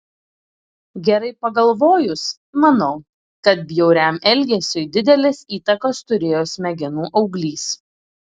gerai pagalvojus manau kad bjauriam elgesiui didelės įtakos turėjo smegenų auglys